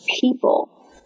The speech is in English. people